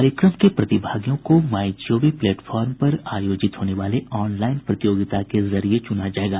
कार्यक्रम के प्रतिभागियों को माई जीओवी प्लेटफार्म पर आयोजित होने वाले ऑनलाईन प्रतियोगिता के जरिये चुना जायेगा